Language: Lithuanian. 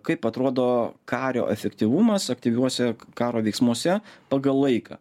kaip atrodo kario efektyvumas aktyviuose karo veiksmuose pagal laiką